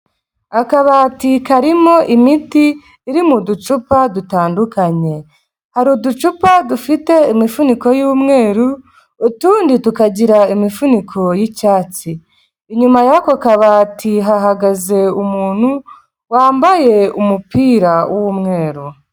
Akabati karimo imiti iri mu ducupa dutandukanye; hari uducupa dufite imifuniko y'umweru, utundi tukagira imifuniko y'icyatsi. Inyuma y'ako kabati hahagaze umuntu wambaye umupira w'umweru.